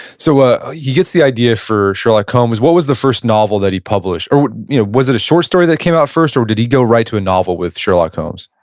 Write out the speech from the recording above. so, ah he gets the idea for sherlock holmes. what was the first novel that he published or you know was it a short story that came out first or did he go right to a novel with sherlock holmes?